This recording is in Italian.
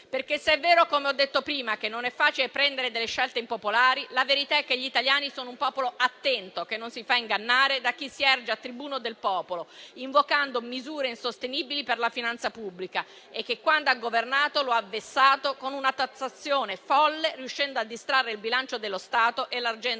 Se è vero - come ho detto prima - che non è facile operare delle scelte impopolari, la verità è che gli italiani sono un popolo attento che non si fa ingannare da chi si erge a tribuno del popolo invocando misure insostenibili per la finanza pubblica e che, quando ha governato, lo ha vessato con una tassazione folle, riuscendo a distrarre il bilancio dello Stato elargendo